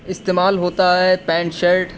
استعمال ہوتا ہے پینٹ شرٹ